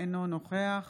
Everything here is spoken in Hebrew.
אינו נוכח